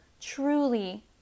truly